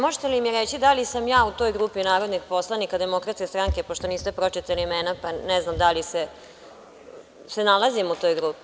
Možete li mi reći da li sam ja u toj grupi narodnih poslanika Demokratske stranke, pošto niste pročitali imena, pa ne znam da li se nalazim u toj grupi?